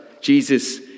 Jesus